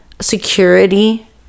security